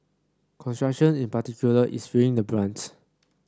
construction in particular is feeling the brunt